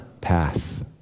pass